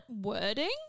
wording